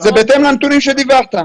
זה בהתאם לנתונים שדיווחת.